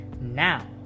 now